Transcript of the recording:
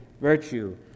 virtue